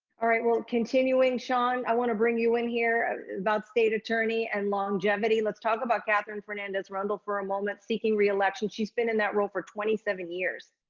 all right, well continuing sean, i wanna bring you in here about state attorney and longevity. let's talk about katherine fernandez rundle for a moment seeking re-election. she's been in that role for twenty seven years.